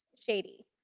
shady